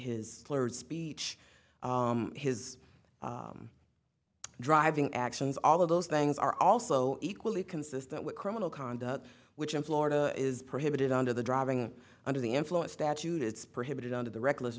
his slurred speech his driving actions all of those things are also equally consistent with criminal conduct which in florida is prohibited under the driving under the influence statute it's prohibited under the reckless